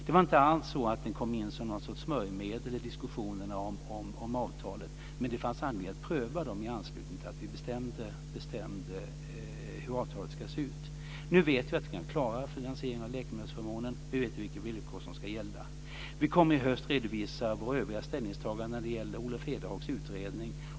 Det var alltså inte så att den kom in som någon sorts smörjmedel i diskussionerna om avtalet, men det fanns anledning att pröva den i anslutning till att vi bestämde hur avtalet skulle se ut. Nu vet vi att vi kan klara finansieringen av läkemedelsförmånen och vilka villkor som ska gälla. Vi kommer i höst att redovisa våra övriga ställningstaganden när det gälle Olof Edhags utredning.